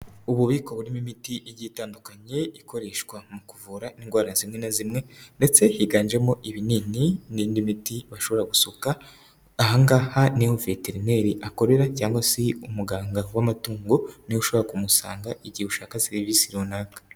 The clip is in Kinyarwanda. Ububiko burimo imiti igitandukanye, ikoreshwa mu kuvura indwara zimwe na zimwe ndetse higanjemo ibinini n'indi miti, bashobora gusuka, ahangaha niho veterineri akorera cyangwa se umuganga w'amatungo, niho ushobora kumusanga, igihe ushaka serivisi runaka.